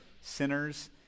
sinners